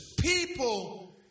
People